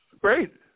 Great